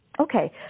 Okay